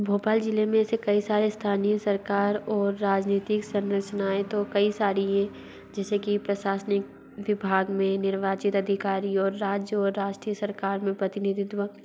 भोपाल ज़िले में एसे कई सारे स्थानीय सरकार और राजनीतिक संरचनाऍं तो कई सारी है जेसे कि प्रसाशनिक विभाग में निर्वाचित अधिकारी और राज्य और राष्ट्रीय सरकार में प्रतिनिधित्व